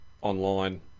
online